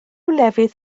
lefydd